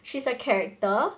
she's a character